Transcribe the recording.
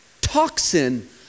Toxin